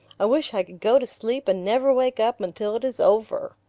i wish i could go to sleep and never wake up until it is over.